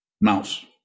mouse